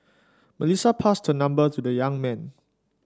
Melissa passed her number to the young man